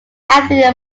anthony